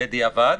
בדיעבד,